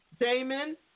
Damon